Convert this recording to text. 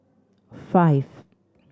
five